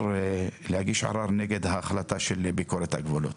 להגיש ערר נגד ההחלטה של ביקורת הגבולות.